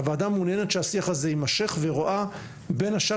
הוועדה מעוניינת שהשיח הזה יימשך והיא רואה בין השאר